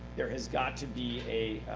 there has got to be a